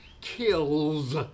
kills